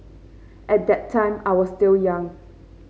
at that time I was still young